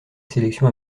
sélection